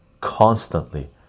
constantly